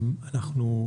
אנחנו,